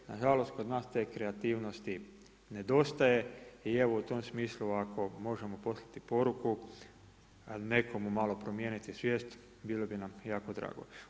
Na žalost kod nas te kreativnosti nedostaje i evo u tom smislu ako možemo poslati poruku nekomu malo promijeniti svijest bilo bi nam jako drago.